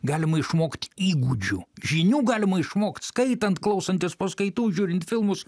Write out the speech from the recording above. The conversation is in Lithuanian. galima išmokt įgūdžių žinių galima išmokt skaitant klausantis paskaitų žiūrint filmus